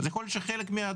אז יכול להיות שבחלק מהדוחות